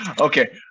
Okay